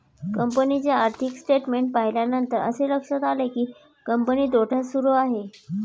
कंपनीचे आर्थिक स्टेटमेंट्स पाहिल्यानंतर असे लक्षात आले की, कंपनी तोट्यात सुरू आहे